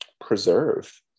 preserve